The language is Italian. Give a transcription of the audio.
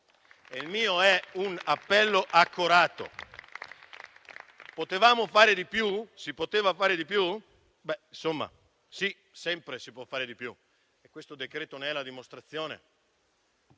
Il mio è un appello accorato. Potevamo fare di più? Si poteva fare di più? Sì, si può sempre fare di più e questo decreto-legge ne è la dimostrazione.